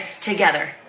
together